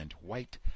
white